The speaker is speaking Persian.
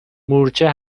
مورچه